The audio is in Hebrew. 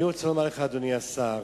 אדוני השר,